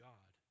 God